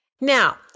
Now